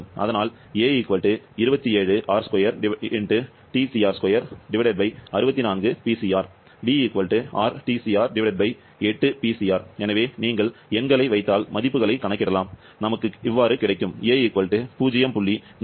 அதனால் எனவே நீங்கள் எண்களை வைத்தால் மதிப்புகளைக் கணக்கிடலாம் நமக்கு கிடைக்கும் a 0